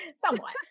Somewhat